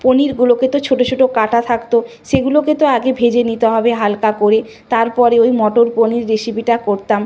পনিরগুলোকে তো ছোটো ছোটো কাটা থাকত সেগুলোকে তো আগে ভেজে নিতে হবে হালকা করে তার পরে ওই মটর পনির রেসিপিটা করতাম